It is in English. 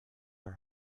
are